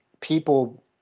people